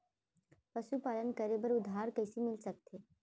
पशुपालन करे बर उधार कइसे मिलिस सकथे?